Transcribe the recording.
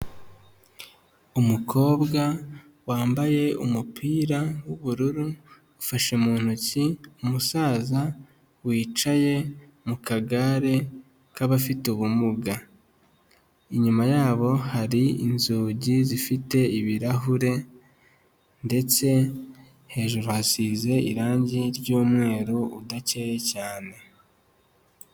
Umukobwa wambaye umupira w'ubururu, ufashe mu ntoki umusaza wicaye mu kagare k'abafite ubumuga. Inyuma yabo hari inzugi zifite ibirahure ndetse hejuru hasize irangi ry'umweru udakeye cyane.